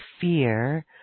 fear